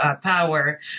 power